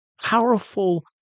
powerful